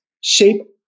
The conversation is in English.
shape